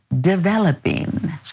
developing